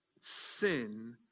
Sin